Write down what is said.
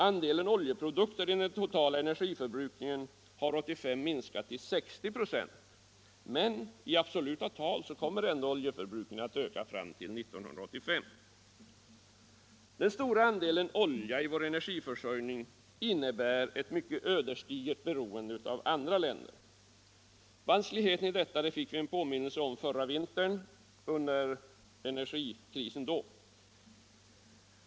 Andelen oljeprodukter i den totala energiförbrukningen beräknas 1985 ha minskat till 60 96. Men i absoluta tal kommer oljeförbrukningen ändå att öka fram till 1985. Den stora andelen olja i vår energiförsörjning innebär ett mycket ödesdigert beroende av andra länder. Vanskligheten i detta fick vi en påminnelse om förra vintern under energikrisen.